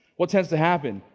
what tends to happen?